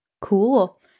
Cool